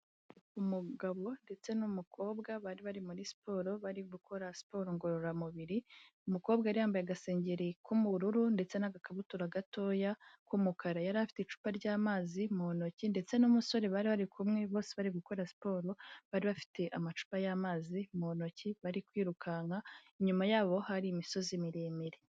Umugabo ndetse n'umukobwa bari bari muri siporo bari gukora siporo ngororamubiri, umukobwa yari yambaye agasengeri k'ubururu, ndetse n'agakabutura gatoya k'umukara. Yari afite icupa ry'amazi mu ntoki, ndetse n'umusore bari bari kumwe bose bari gukora siporo, bari bafite amacupa y'amazi mu ntoki, bari kwirukanka; inyuma yabo hari imisozi miremire.